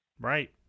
Right